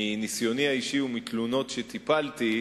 מניסיוני האישי ומתלונות שטיפלתי בהן,